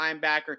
linebacker